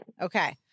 Okay